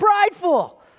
prideful